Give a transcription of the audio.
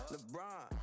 LeBron